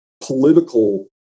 political